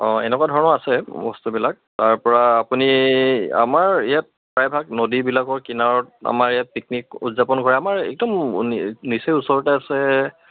অঁ এনেকুৱা ধৰণৰ আছে বস্তুবিলাক তাৰপৰা আপুনি আমাৰ ইয়াত প্ৰায়ভাগ নদীবিলাকৰ কিনাৰত আমাৰ ইয়াত পিকনিক উদযাপন কৰে আমাৰ একদম নিচেই ওচৰতে আছে